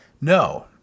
No